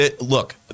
Look